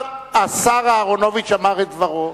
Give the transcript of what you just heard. השר אהרונוביץ אמר את דברו.